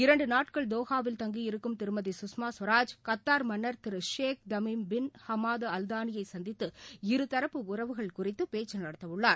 இரண்டுநாட்கள் தோகாவில் தங்கியிருக்கும் திருமதிகஷ்மாகவராஜ் கத்தார் மன்னர் திருஷேக் தமீம் பின் ஹமாதுஅல்தானியைசந்தித்து இருதரப்பு உறவுகள் குறித்துபேச்சுநடத்தவுள்ளார்